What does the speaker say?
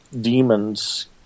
demons